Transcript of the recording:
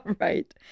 right